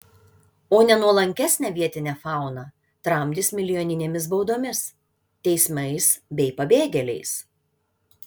o nenuolankesnę vietinę fauną tramdys milijoninėmis baudomis teismais bei pabėgėliais